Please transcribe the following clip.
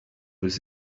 was